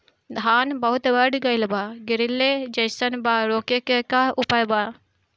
धान बहुत बढ़ गईल बा गिरले जईसन बा रोके क का उपाय बा?